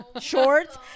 shorts